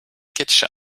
kitchen